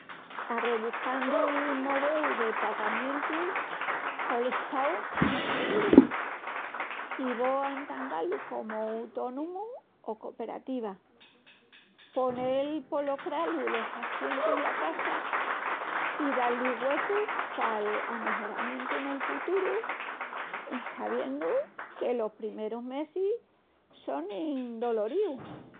Arrebuscandu'l modeu de pagamientus col estau mas seguru, si vo a entangá-lu comu utónomu o coperativa. Ponel polo cralu los assientus dela casa i da-li güecu pal amejoramientu nel huturu en sabiendu que los primerus mesis sonin doloríus.